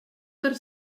per